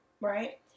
right